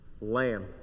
lamb